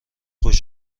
خوش